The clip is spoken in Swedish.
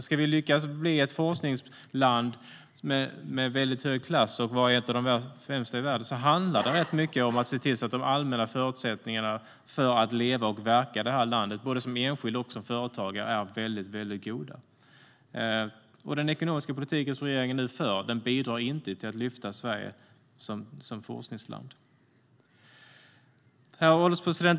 Ska vi lyckas bli ett forskningsland med hög klass och vara ett av de främsta i världen handlar det rätt mycket om att se till att de allmänna förutsättningarna att leva och verka i det här landet, både som enskild och som företagare, är väldigt goda. Den ekonomiska politik som regeringen nu för bidrar inte till att lyfta Sverige som forskningsland. Herr ålderspresident!